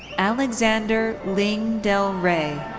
alexander ling del re.